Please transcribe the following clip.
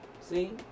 See